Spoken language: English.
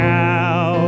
now